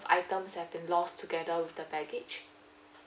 items have been lost together with the baggage